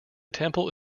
temple